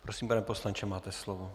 Prosím, pane poslanče, máte slovo.